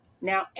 Now